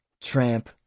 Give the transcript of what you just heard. tramp